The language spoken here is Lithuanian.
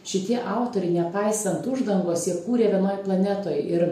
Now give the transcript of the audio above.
šitie autoriai nepaisant uždangos jie kūrė vienoj planetoj ir